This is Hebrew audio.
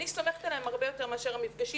אני סומכת עליהם הרבה יותר מאשר על מפגשים